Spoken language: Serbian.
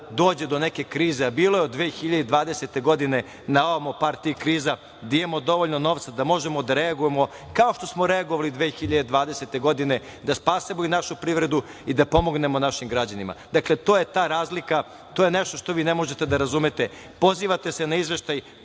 dođe do neke krize, a bilo je od 2020. godine na ovamo par tih kriza, da imamo dovoljno novca da možemo da reagujemo, kao što smo reagovali 2020. godine da spasemo i našu privredu i da pomognemo našim građanima. To je ta razlika. To je nešto što vi ne možete da razumete. Pozivate se na izveštaj,